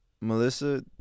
Melissa